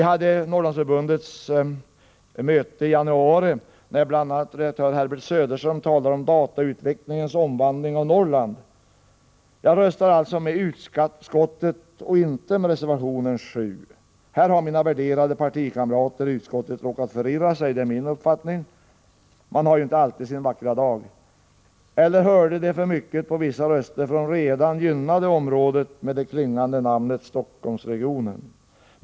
På Norrlandsförbundets möte i januari talade bl.a. redaktör Herbert Söderström om datautvecklingens omvandling av Norrland. Jag röstar alltså med utskottet och inte med reservation 7. Här har mina partikamrater i utskottet råkat förirra sig — det är min uppfattning. Man har ju inte alltid sin vackra dag. Eller kanske har de lyssnat för mycket på vissa röster från det redan gynnade området med det klingande namnet Stockholmsregionen.